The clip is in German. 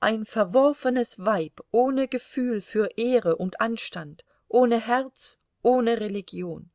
ein verworfenes weib ohne gefühl für ehre und anstand ohne herz ohne religion